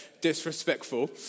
disrespectful